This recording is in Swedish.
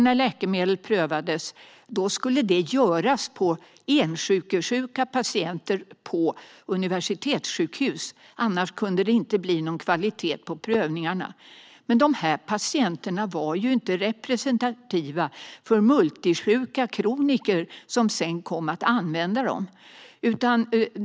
När läkemedel prövades tidigare skulle det göras på ensjukesjuka patienter på universitetssjukhus. Annars kunde det inte bli någon kvalitet på prövningarna. Men dessa patienter var ju inte representativa för multisjuka kroniker som sedan skulle använda läkemedlen.